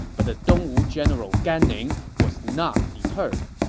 but the dongwu general gan ning was not deterred.